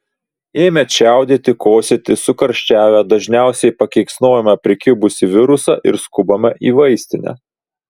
ėmę čiaudėti kosėti sukarščiavę dažniausiai pakeiksnojame prikibusį virusą ir skubame į vaistinę